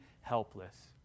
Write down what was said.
helpless